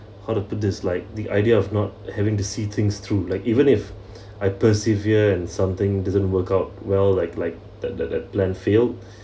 harder to dislike the idea of not having to see things through like even if I persevere and something doesn't work out well like like that that the plan failed